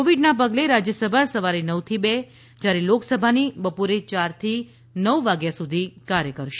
કોવિડના પગલે રાજયસભા સવારે નવ થી બે જયારે લોકસભાની બપોરે યાર થી નવ વાગ્યા સુધી કાર્ય કરશે